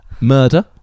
Murder